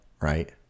right